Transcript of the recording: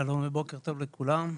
שלום ובוקר טוב לכולם,